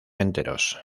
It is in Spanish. enteros